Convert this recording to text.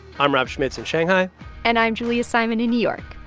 i'm rob schmitz in shanghai and i'm julia simon in new york.